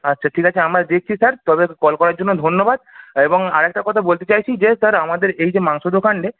আচ্ছা ঠিক আছে আমরা দেখছি স্যার তবে কল করার জন্য ধন্যবাদ এবং আরেকটা কথা বলতে চাইছি যে স্যার আমাদের এই যে মাংস দোকানে